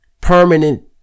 permanent